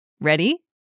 Ready